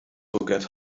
forget